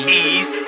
ease